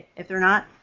if they're not,